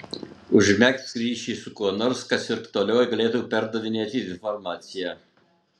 užmegzk ryšį su kuo nors kas ir toliau galėtų perdavinėti informaciją